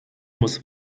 muss